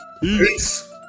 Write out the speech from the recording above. Peace